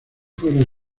fueron